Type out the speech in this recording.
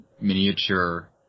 miniature